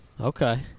Okay